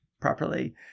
properly